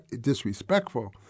disrespectful